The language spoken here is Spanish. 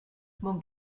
bon